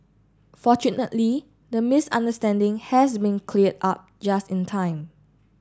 fortunately the misunderstanding has been cleared up just in time